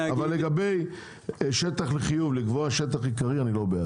לגבי שטח לחיוב לקבוע שטח עיקרי אני לא בעד.